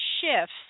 shifts